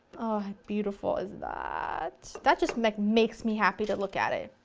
beautiful is that? that just makes makes me happy to look at it.